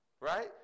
right